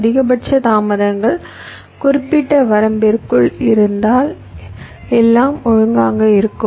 அதிகபட்ச தாமதங்கள் குறிப்பிட்ட வரம்பிற்குள் இருந்தால் எல்லாம் ஒழுங்காக இருக்கும்